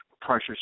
precious